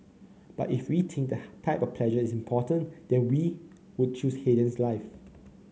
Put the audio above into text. but if we think the type of pleasure is important then we would choose Haydn's life